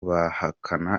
bahakana